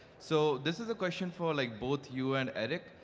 so this is a question for like both you and eric,